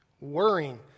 worrying